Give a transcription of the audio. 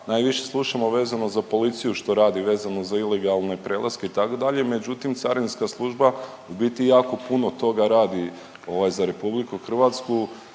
najviše slušamo vezano za policiju što radi vezano za ilegalne prelaske itd., međutim carinska služba u biti jako puno toga rada ovaj